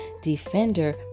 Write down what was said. defender